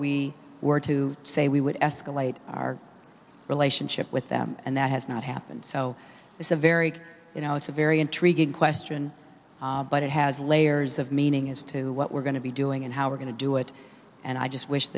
we were to say we would escalate our relationship with them and that has not happened so it's a very you know it's a very intriguing question but it has layers of meaning as to what we're going to be doing and how we're going to do it and i just wish